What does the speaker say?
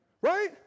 Right